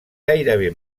gairebé